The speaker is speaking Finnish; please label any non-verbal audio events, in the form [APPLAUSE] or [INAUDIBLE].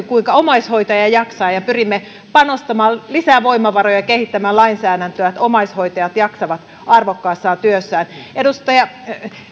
[UNINTELLIGIBLE] kuinka omaishoitaja jaksaa ja ja pyrimme panostamaan lisää voimavaroja ja kehittämään lainsäädäntöä että omaishoitajat jaksavat arvokkaassa työssään